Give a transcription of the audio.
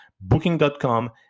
Booking.com